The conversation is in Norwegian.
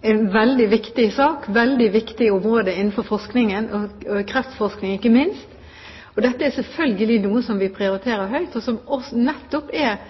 en veldig viktig sak og et veldig viktig område innenfor forskningen og kreftforskning ikke minst. Dette er selvfølgelig noe som vi prioriterer høyt, og som nettopp er